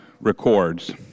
records